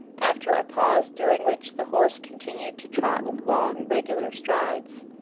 after a pause during which the horse continued to trot with long, regular strides.